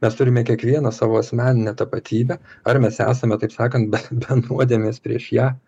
mes turime kiekvienas savo asmeninę tapatybę ar mes esame taip sakant be be nuodėmės prieš ją